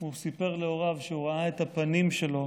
הוא סיפר להוריו שהוא ראה את הפנים שלו